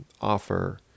offer